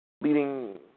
Leading